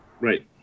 Right